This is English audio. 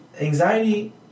anxiety